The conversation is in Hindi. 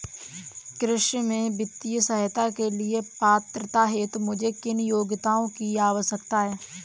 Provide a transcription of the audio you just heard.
कृषि में वित्तीय सहायता के लिए पात्रता हेतु मुझे किन योग्यताओं की आवश्यकता है?